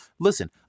Listen